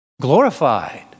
glorified